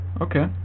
Okay